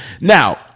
Now